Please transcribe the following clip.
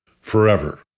forever